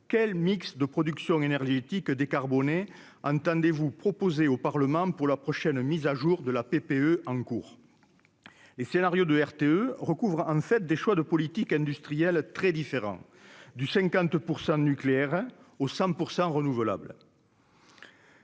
quel mix de production énergétique décarboné entendez-vous proposer au Parlement pour la prochaine mise à jour de la PPE en cours, les scénarios de RTE recouvre en fait des choix de politique industrielle, très différent du 50 % de nucléaire au 100 % renouvelable.